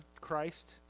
Christ